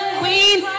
queen